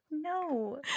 no